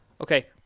okay